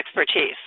expertise